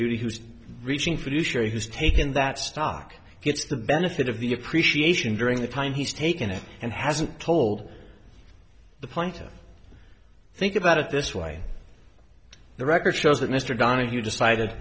duty who's reaching for you sure has taken that stock gets the benefit of the appreciation during the time he's taken it and hasn't told the plane to think about it this way the record shows that mr donahue decided